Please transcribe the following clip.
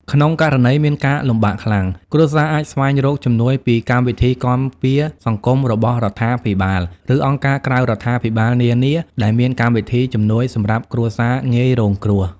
ក្នុងករណីមានការលំបាកខ្លាំង គ្រួសារអាចស្វែងរកជំនួយពីកម្មវិធីគាំពារសង្គមរបស់រដ្ឋាភិបាល ឬអង្គការក្រៅរដ្ឋាភិបាលនានាដែលមានកម្មវិធីជំនួយសម្រាប់គ្រួសារងាយរងគ្រោះ។